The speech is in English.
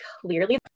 clearly